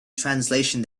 translation